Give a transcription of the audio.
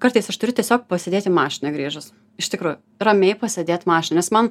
kartais aš turiu tiesiog pasėdėti mašinoj grįžus iš tikrųjų ramiai pasėdėt mašino nes man